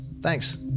Thanks